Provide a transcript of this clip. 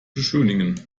beschönigen